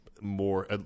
more